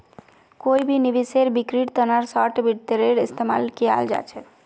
कोई भी निवेशेर बिक्रीर तना शार्ट वित्तेर इस्तेमाल कियाल जा छेक